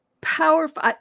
powerful